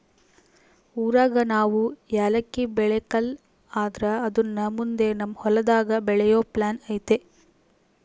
ಊರಾಗ ನಾವು ಯಾಲಕ್ಕಿ ಬೆಳೆಕಲ್ಲ ಆದ್ರ ಅದುನ್ನ ಮುಂದೆ ನಮ್ ಹೊಲದಾಗ ಬೆಳೆಯೋ ಪ್ಲಾನ್ ಐತೆ